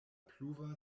pluva